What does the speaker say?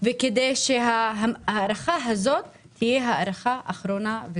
וכדי שההארכה הזאת תהיה הארכה אחרונה.